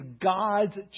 God's